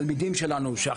ארצה,